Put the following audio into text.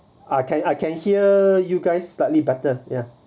I can I can hear you guys slightly better ya